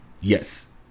Yes